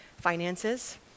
finances